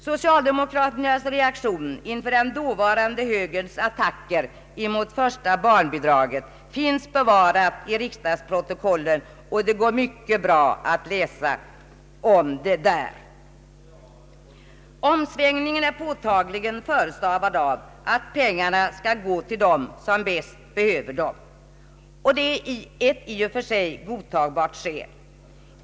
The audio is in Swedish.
Socialdemokraternas reaktion inför den dåvarande högerns attacker mot första barnbidraget finns bevarad i riksdagsprotokollet, och det går mycket bra att där läsa om detta. Omsvängningen är påtagligen förestavad av att pengarna skall gå till dem som bäst behöver dem, och det är ett i och för sig godtagbart skäl.